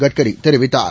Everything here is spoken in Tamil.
கட்கரிதெரிவித்தார்